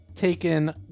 taken